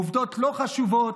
העובדות לא חשובות.